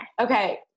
Okay